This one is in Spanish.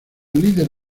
líder